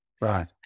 Right